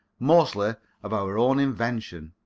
mostly of our own invention.